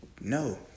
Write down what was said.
No